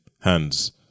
hands